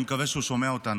אני מקווה שהוא שומע אותנו.